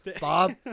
Bob